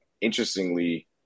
interestingly